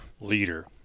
leader